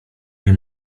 nie